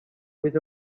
with